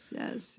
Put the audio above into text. yes